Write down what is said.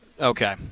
Okay